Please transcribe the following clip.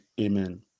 amen